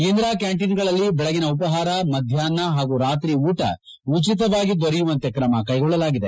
ಇಂದಿರಾ ಕ್ಕಾಂಟೀನ್ಗಳಲ್ಲಿ ಬೆಳಗಿನ ಉಪಹಾರ ಮಧ್ಯಾಹ್ನ ಹಾಗೂ ರಾತ್ರಿ ಊಟ ಉಚಿತವಾಗಿ ದೊರೆಯುವಂತೆ ಕ್ರಮ ಕೈಗೊಳ್ಳಲಾಗಿದೆ